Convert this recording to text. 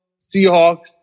Seahawks